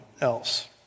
else